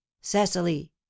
Cecily